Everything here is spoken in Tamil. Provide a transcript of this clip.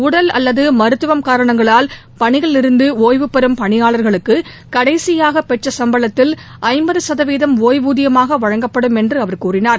உடல் அல்லது மருத்துவ காரணங்களால் பணியிலிருந்து ஓய்வுபெறும் பணியாளர்களுக்கு கடைசியாக பெற்ற சம்பளத்தில் ஐம்பது சதவீதம் ஓய்வூதியமாக வழங்கப்படும் என்று அவர் தெரிவித்தார்